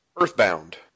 Earthbound